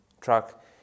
truck